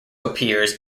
appears